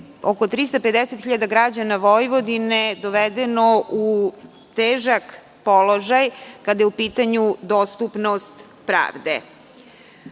oko 350.000 građana Vojvodine dovedeno u težak položaj kada je u pitanju dostupnost pravde. Oni